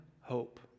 hope